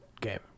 game